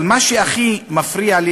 אבל מה שהכי שמפריע לי,